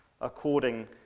according